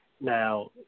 Now